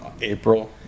April